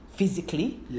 physically